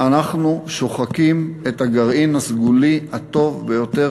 אנחנו שוחקים את הגרעין הסגולי הטוב ביותר